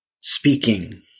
speaking